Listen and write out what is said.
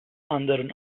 anderen